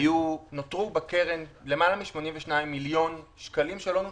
נותרו בקרן למעלה מ-82 מיליון שקלים שלא נוצלו.